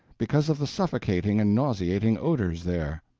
because of the suffocating and nauseating odors there.